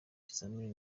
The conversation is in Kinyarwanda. ibizamini